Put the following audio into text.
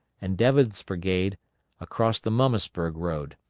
and devin's brigade across the mummasburg road,